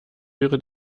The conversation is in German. wäre